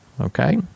Okay